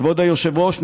כבוד היושב-ראש,